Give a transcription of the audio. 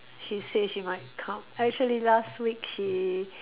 she say she might come actually last week she